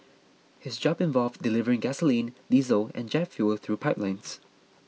his job involved delivering gasoline diesel and jet fuel through pipelines